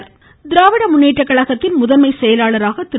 திமுக திராவிட முன்னேற்றக் கழகத்தின் முதன்மை செயலாளராக திரு